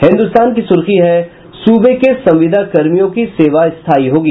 हिन्दुस्तान की सुर्खी है सुबे के संविदा कर्मियों की सेवा स्थायी होगी